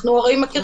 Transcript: אפילו, שיש מקרים